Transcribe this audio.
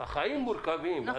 החיים מורכבים.